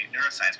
neuroscience